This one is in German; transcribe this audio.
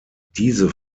diese